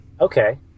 Okay